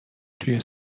توی